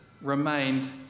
remained